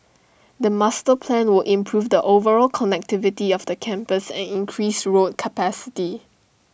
the master plan will improve the overall connectivity of the campus and increase road capacity